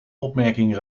opmerking